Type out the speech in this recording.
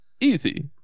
Easy